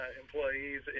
employees